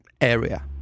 area